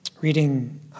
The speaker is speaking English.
reading